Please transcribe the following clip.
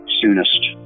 soonest